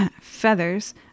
feathers